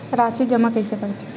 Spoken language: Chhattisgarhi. राशि जमा कइसे करथे?